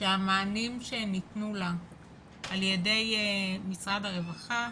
שהמענים שניתנו לה על ידי משרד הרווחה,